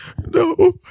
no